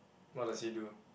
what does he do